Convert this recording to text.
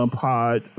pod